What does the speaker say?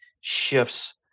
shifts